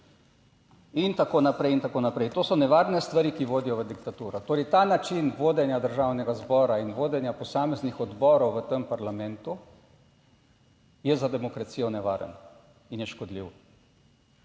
in tako naprej, in tako naprej. To so nevarne stvari, ki vodijo v diktaturo. Torej, ta način vodenja Državnega zbora in vodenja posameznih odborov v tem parlamentu je za demokracijo nevaren in je škodljiv.